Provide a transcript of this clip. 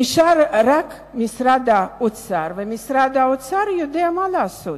נשאר רק משרד האוצר, ומשרד האוצר יודע מה לעשות,